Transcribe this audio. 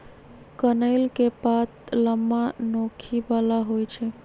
कनइल के पात लम्मा, नोखी बला होइ छइ